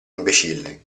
imbecille